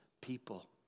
people